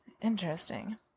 Interesting